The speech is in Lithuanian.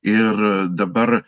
ir dabar